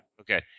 Okay